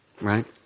right